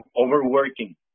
overworking